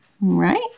Right